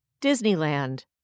Disneyland